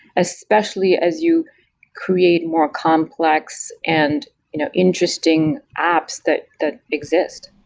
especially as you create more complex and you know interesting apps that that exist.